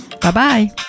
bye-bye